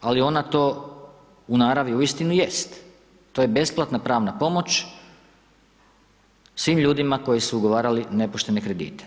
ali ona to u naravi uistinu jest, to je besplatna pravna pomoć svim ljudima koji su ugovarali nepoštene kredite.